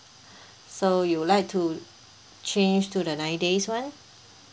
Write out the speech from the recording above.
so you would like to change to the nine days [one]